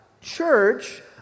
...church